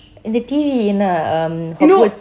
இந்த:intha T_V என்ன:enna um hogswart